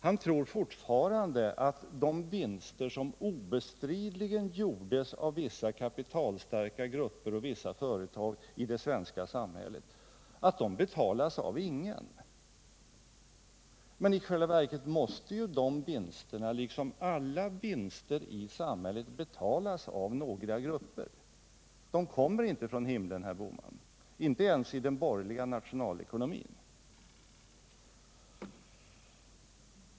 Han tror fortfarande att de vinster som obestridligen gjordes av vissa kapitalstarka grupper och företag i det svenska samhället betalas av ingen. Men i själva verket måste ju de vinsterna liksom alla vinster i samhället betalas av några grupper. De kommer inte från himlen, herr Bohman, inte ens i den borgerliga nationalekonomin.